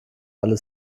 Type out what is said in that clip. alle